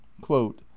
quote